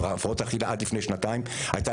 הפרעות אכילה עד לפני שנתיים הייתה